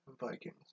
Vikings